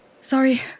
Sorry